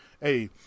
hey